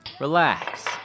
Relax